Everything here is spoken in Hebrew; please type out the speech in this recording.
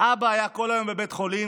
אבא היה כל היום בבית חולים,